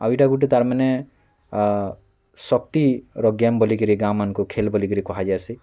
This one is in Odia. ଆଉ ଏଇଟା ଗୁଟେ ତାର୍ ମାନେ ଶକ୍ତିର ଗେମ୍ ବୋଲିକିରି ଗାଁମାନ୍କୁ ଖେଲ୍ ବୋଲି କିରି କୁହାଯାଇସି